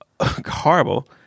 horrible